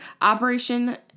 Operation